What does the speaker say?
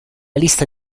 lista